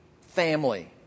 family